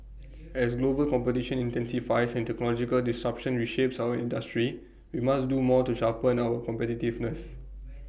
as global competition intensifies and technological disruption reshapes our industry we must do more to sharpen our competitiveness